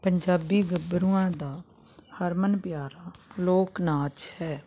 ਪੰਜਾਬੀ ਗੱਭਰੂਆਂ ਦਾ ਹਰਮਨ ਪਿਆਰਾ ਲੋਕ ਨਾਚ ਹੈ